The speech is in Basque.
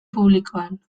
publikoan